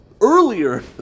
earlier